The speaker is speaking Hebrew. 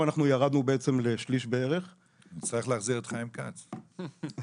בעצם סיוע של 6,000 שקל,